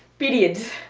periods.